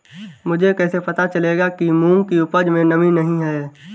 मुझे कैसे पता चलेगा कि मूंग की उपज में नमी नहीं है?